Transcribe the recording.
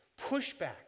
pushback